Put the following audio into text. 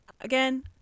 Again